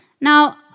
Now